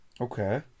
Okay